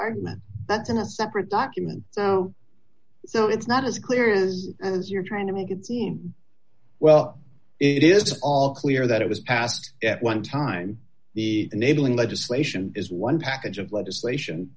fragments that's in a separate document so so it's not as clear as as you're trying to make it seem well d it is all clear that it was passed at one time the enabling legislation is one package of legislation